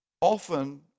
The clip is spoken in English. often